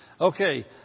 Okay